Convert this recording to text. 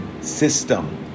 system